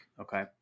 Okay